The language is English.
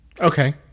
okay